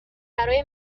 برای